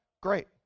Great